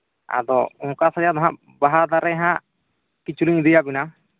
ᱟᱫᱚ ᱚᱱᱠᱟ ᱥᱟᱡᱟᱣ ᱫᱚᱦᱟᱸᱜ ᱵᱟᱦᱟ ᱫᱟᱨᱮᱦᱟᱸᱜ ᱠᱤᱪᱷᱩᱞᱤᱧ ᱤᱫᱤᱭᱟᱵᱤᱱᱟ